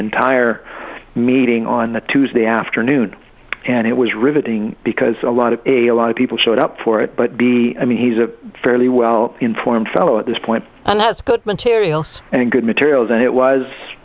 entire meeting on the tuesday afternoon and it was riveting because a lot of a lot of people showed up for it but b i mean he's a fairly well informed fellow at this point and that's good material and good materials and it was